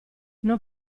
non